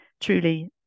truly